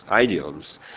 idioms